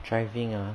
driving ah